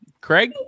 Craig